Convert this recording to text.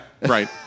right